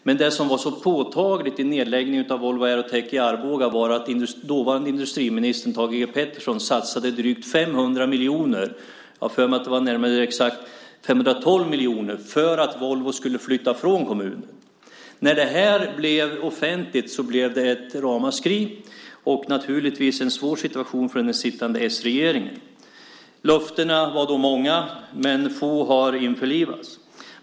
Det som var så påtagligt vid nedläggningen av Volvo Aerotech i Arboga var att den dåvarande industriministern Thage G. Peterson satsade drygt 500 miljoner - jag har för mig att det var exakt 512 miljoner - för att Volvo skulle flytta från kommunen. När det blev offentligt blev det ett ramaskri och naturligtvis en svår situation för den sittande s-regeringen. Löftena var många, men få har infriats.